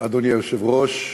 אדוני היושב-ראש,